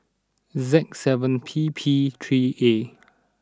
Z seven P P three A